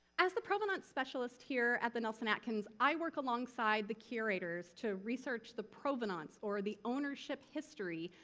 as the provenance specialist here at the nelson-atkins, i work alongside the curators to research the provenance, or the ownership history,